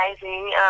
amazing